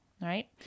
right